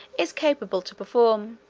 is capable to perform,